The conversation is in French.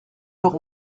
leur